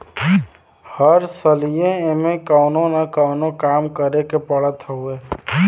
हर सलिए एमे कवनो न कवनो काम करे के पड़त हवे